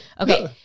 Okay